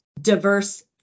diverse